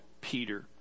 Peter